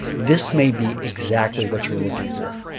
this may be exactly what you're looking for.